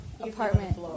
apartment